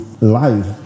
life